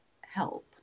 help